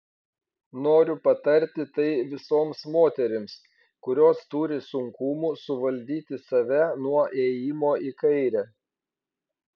noriu patarti tai visoms moterims kurios turi sunkumų suvaldyti save nuo ėjimo į kairę